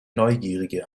neugierige